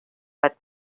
what